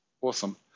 awesome